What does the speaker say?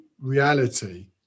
reality